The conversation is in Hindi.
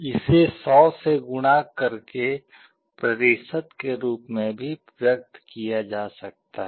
इसे 100 से गुणा करके प्रतिशत के रूप में भी व्यक्त किया जा सकता है